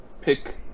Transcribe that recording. pick